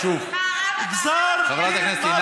גזר דין מוות.